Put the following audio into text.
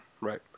right